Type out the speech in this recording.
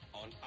on